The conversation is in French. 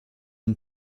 une